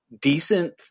decent